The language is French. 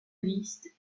liste